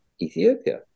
ethiopia